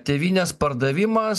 tėvynės pardavimas